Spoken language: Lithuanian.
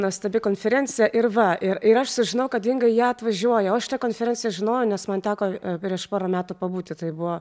nuostabi konferencija ir va ir ir aš sužinau kad inga į ją atvažiuoja o aš šitą konferenciją žinojau nes man teko prieš porą metų pabūti tai buvo